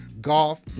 golf